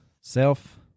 Self